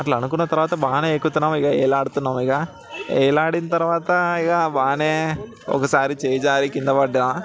అట్లా అనుకున్న తర్వాత బాగానే ఎక్కుతున్నాం ఇహ వేలాడుతున్నాం ఇగ వేలాడిన తర్వాత ఇహ బాగానే ఒకసారి చెయ్యి జారీ కింద పడ్డ